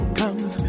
comes